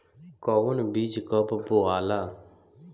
कौन बीज कब बोआला?